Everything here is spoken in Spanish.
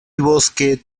bosque